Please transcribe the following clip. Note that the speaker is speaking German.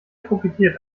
profitiert